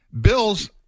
Bills